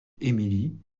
emilie